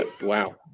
Wow